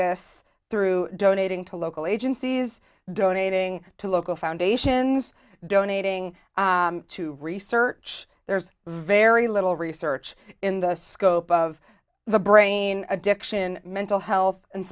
this through donating to local agencies donating to local foundations donating to research there's very little research in the scope of the brain addiction mental health and